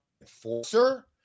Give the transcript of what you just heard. enforcer